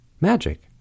magic